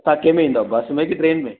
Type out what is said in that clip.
तव्हां कंहिंमें ईंदव बस में की ट्रेन में